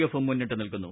എഫും മുന്നിട്ട് നിൽക്കുന്നു